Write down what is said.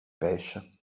pêche